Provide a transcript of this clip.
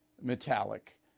metallic